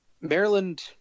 Maryland